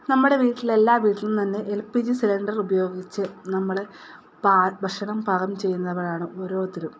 നമ്മുടെ വീട്ടിൽ എല്ലാ വീട്ടിലും തന്നെ എൽ പി ജി സിലിണ്ടർ ഉപയോഗിച്ച് നമ്മൾ ഭക്ഷണം പാകം ചെയ്യുന്നവരാണ് ഓരോരുത്തരും